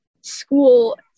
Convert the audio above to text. school